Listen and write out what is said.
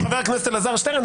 הוא חבר הכנסת אלעזר שטרן,